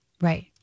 Right